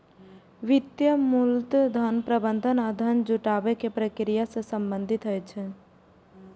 वित्त मूलतः धन प्रबंधन आ धन जुटाबै के प्रक्रिया सं संबंधित होइ छै